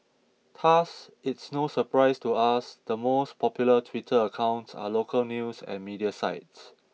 thus it's no surprise to us the most popular Twitter accounts are local news and media sites